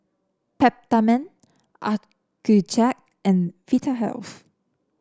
Peptamen Accucheck and Vitahealth